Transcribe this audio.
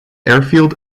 airfield